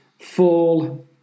fall